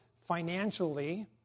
financially